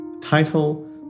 Title